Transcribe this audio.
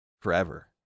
forever